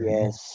Yes